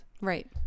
Right